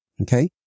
okay